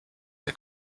der